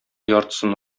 яртысын